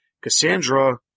Cassandra